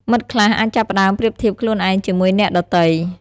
មិត្តខ្លះអាចចាប់ផ្ដើមប្រៀបធៀបខ្លួនឯងជាមួយអ្នកដទៃ។